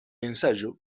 ensayo